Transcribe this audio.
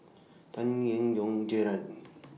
Tan Eng Yoon Gerard